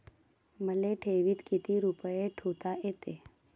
मले ठेवीत किती रुपये ठुता येते?